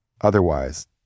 Otherwise